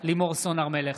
לימור סון הר מלך,